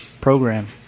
program